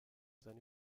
seine